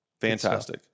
Fantastic